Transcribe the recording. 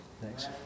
Thanks